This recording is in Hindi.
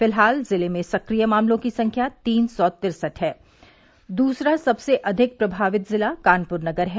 फिलहाल जिले में सक्रिय मामलों की संख्या तीन सौ तिरसठ है दूसरा सबसे अधिक प्रभावित जिला कानपुर नगर है